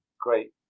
great